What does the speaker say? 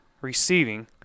receiving